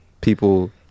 people